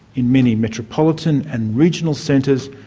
in many metropolitan and regional centres,